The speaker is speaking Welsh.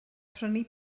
prynu